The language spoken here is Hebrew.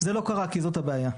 זה לא קרה כי זאת הבעיה.